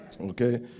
Okay